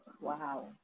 Wow